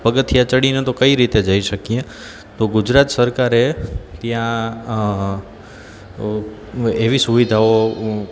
પગથિયાં ચઢીને તો કઈ રીતે જઈ શકીએ તો ગુજરાત સરકારે ત્યાં એવી સુવિધાઓ